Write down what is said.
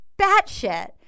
batshit